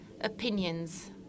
opinions